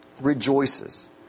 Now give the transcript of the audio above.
rejoices